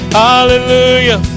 hallelujah